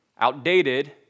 outdated